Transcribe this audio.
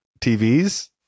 TVs